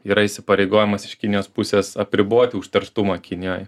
yra įsipareigojimas iš kinijos pusės apriboti užterštumą kinijoj